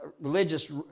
religious